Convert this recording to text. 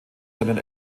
seinen